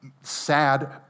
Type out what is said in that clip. sad